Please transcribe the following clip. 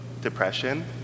depression